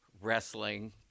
wrestling